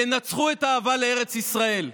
ינצחו את האהבה לארץ ישראל.